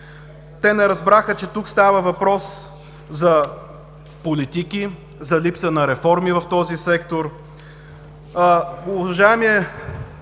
Те не разбраха, че тук става въпрос за политики, за липса на реформи в този сектор.